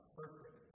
perfect